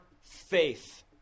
faith